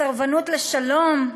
סרבנות לשלום.